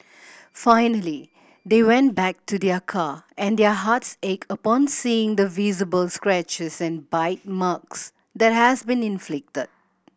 finally they went back to their car and their hearts ached upon seeing the visible scratches and bite marks that has been inflicted